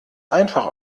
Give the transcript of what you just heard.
einfach